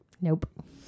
Nope